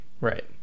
Right